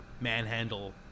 manhandle